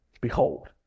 Behold